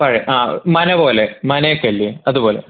പഴയ ആ മന പോലെ മനയൊക്കയില്ലേ അതുപോലെ